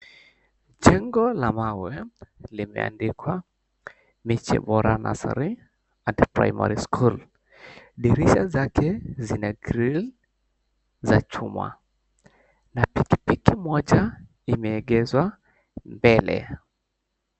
Jengo la mawe limeandikwa Miche Bora Nursery na Primary School. Dirisha zake zina grill za chuma na pikipiki moja imegenezwa mbele.